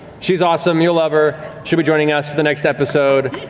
she's awesome, you'll love her. shell be joining us for the next episode.